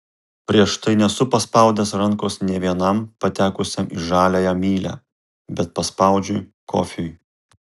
prieš tai nesu paspaudęs rankos nė vienam patekusiam į žaliąją mylią bet paspaudžiau kofiui